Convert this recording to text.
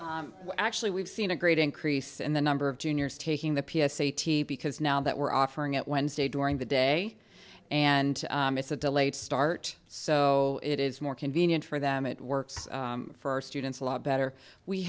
i actually we've seen a great increase in the number of juniors taking the p s a t because now that we're offering it wednesday during the day and it's a delayed start so it is more convenient for them it works for our students a lot better we